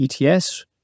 ETS